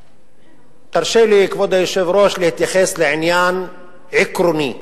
כבוד היושב-ראש, תרשה לי להתייחס לעניין עקרוני,